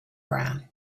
brown